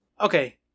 Okay